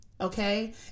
okay